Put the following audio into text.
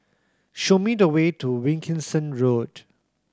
show me the way to Wilkinson Road